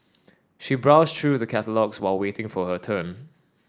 she browsed through the catalogues while waiting for her turn